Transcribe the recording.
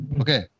Okay